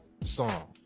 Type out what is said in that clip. song